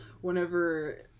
whenever